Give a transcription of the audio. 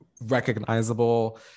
recognizable